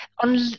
On